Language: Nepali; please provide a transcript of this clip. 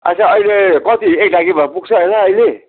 अच्छा अहिले कति एक ढाकी भए पुग्छ होइन अहिले